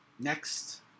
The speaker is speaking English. next